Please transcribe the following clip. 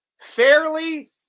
Fairly